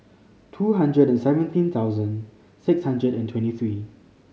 two hundred and seventeen thousand six hundred and twenty three